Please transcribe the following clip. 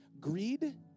Greed